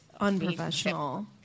unprofessional